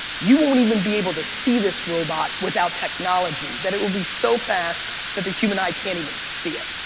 you won't even be able to see this robot without technology that it would be so fast that the human eye can't even see it.